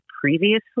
previously